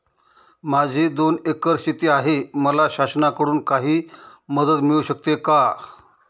माझी दोन एकर शेती आहे, मला शासनाकडून काही मदत मिळू शकते का?